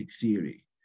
theory